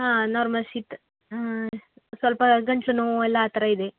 ಹಾಂ ನಾರ್ಮಲ್ ಶೀತ ಸ್ವಲ್ಪ ಗಂಟಲು ನೋವು ಎಲ್ಲ ಆ ಥರ ಇದೆ